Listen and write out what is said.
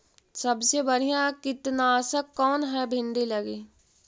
सबसे बढ़िया कित्नासक कौन है भिन्डी लगी?